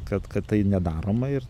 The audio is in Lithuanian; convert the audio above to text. kad kad tai nedaroma ir